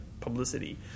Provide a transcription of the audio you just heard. publicity